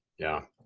yeah.